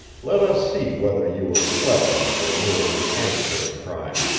let us see whether you were clever or merely an amateur at crime.